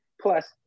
plus